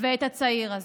ואת הצעיר הזה.